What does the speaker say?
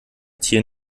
tier